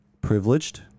privileged